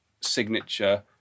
signature